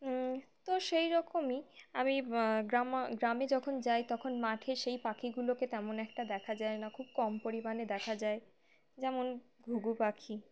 তো সেই রকমই আমি গ্রাম গ্রামে যখন যাই তখন মাঠে সেই পাখিগুলোকে তেমন একটা দেখা যায় না খুব কম পরিমাণে দেখা যায় যেমন ঘুঘু পাখি